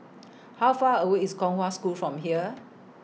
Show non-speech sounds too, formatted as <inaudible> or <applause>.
<noise> How Far away IS Kong Hwa School from here